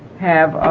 have